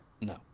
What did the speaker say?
no